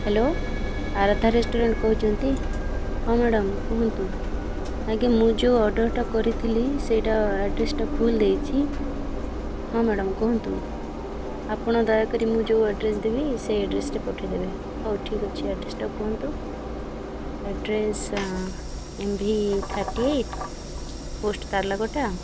hello Aaradhya restaurant କହୁଛନ୍ତି ହଁ madam କୁହନ୍ତୁ ଆଜ୍ଞା ମୁଁ ଯେଉଁ ଅର୍ଡ଼ର୍ଟା କରିଥିଲି ସେଇଟା ଆଡ଼୍ରେସ୍ଟା ଭୁଲ୍ ଦେଇଛି ହଁ ମ୍ୟାଡ଼ାମ୍ କୁହନ୍ତୁ ଆପଣ ଦୟାକରି ମୁଁ ଯେଉଁ ଆଡ଼୍ରେସ୍ ଦେବି ସେଇ ଆଡ଼୍ରେସ୍ରେ ପଠେଇ ଦେବେ ହଉ ଠିକ୍ ଅଛି ଆଡ୍ରେସ୍ଟା କୁହନ୍ତୁ address M V thirty eight post ତାର୍ଲାକଟା